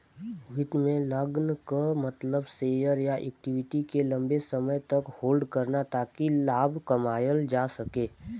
वित्त में लॉन्ग क मतलब शेयर या इक्विटी के लम्बे समय तक होल्ड करना ताकि लाभ कमायल जा सके